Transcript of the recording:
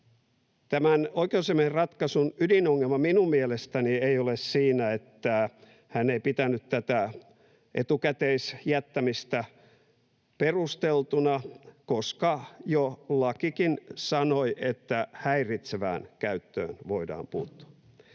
Tämän oikeusasiamiehen ratkaisun ydinongelma minun mielestäni ei ole siinä, että hän ei pitänyt tätä etukäteisjättämistä perusteltuna, koska jo lakikin sanoi, että häiritsevään käyttöön voidaan puuttua.